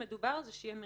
מדובר על זה שיהיה מרשם.